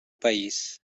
país